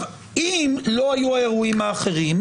אם לא היו האירועים האחרים,